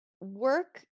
work